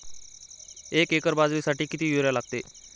एक एकर बाजरीसाठी किती युरिया लागतो?